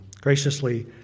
graciously